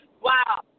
wow